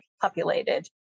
populated